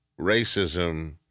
racism